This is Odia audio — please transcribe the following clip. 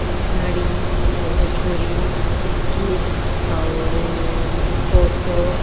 କବାଡ଼ି ବୋହୂଚୋରି କିତ୍କିତ୍ ଆଉ ଖୋଖୋ